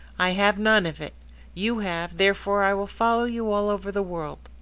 i have none of it you have, therefore i will follow you all over the world.